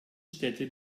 städte